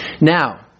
Now